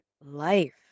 life